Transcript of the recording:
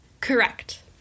Correct